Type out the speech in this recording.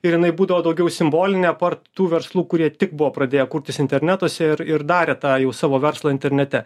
ir jinai būdavo daugiau simbolinė apart tų verslų kurie tik buvo pradėję kurtis internatuose ir ir darė tą jau savo verslą internete